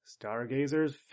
Stargazer's